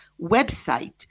website